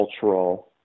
cultural